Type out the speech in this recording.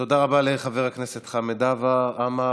תודה רבה לחבר הכנסת חמד עמאר.